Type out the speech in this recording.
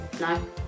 No